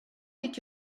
did